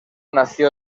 nació